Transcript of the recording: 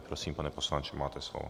Prosím, pane poslanče, máte slovo.